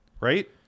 right